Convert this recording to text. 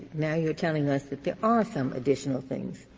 now you're telling us that there are some additional things.